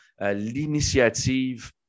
l'initiative